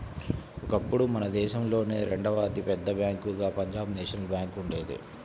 ఒకప్పుడు మన దేశంలోనే రెండవ అతి పెద్ద బ్యేంకుగా పంజాబ్ నేషనల్ బ్యేంకు ఉండేది